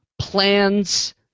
plans